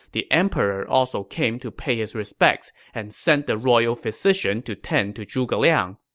the emperor also came to pay his respects and sent the royal physician to tend to zhuge liang.